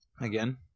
Again